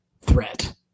threat